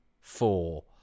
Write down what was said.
four